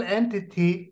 entity